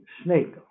snake